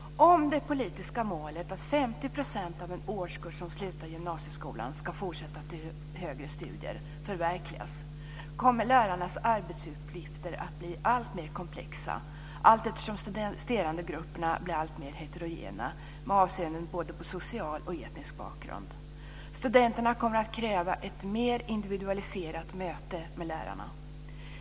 Om det politiska målet att 50 % av en årskurs som slutar gymnasieskolan ska fortsätta till högre studier förverkligas, kommer lärarnas arbetsuppgifter att bli alltmer komplexa allteftersom studerandegrupperna blir alltmer heterogena med avseende både på social och på etnisk bakgrund. Studenterna kommer att kräva ett mer individualiserat möte med lärarna.